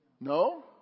No